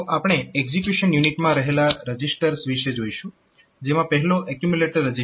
તો આપણે execution unit માં રહેલા રજીસ્ટર્સ વિષે જોઈશું જેમાં પહેલો એક્યુમ્યુલેટર રજીસ્ટર છે